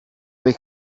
big